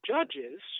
Judges